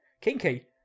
kinky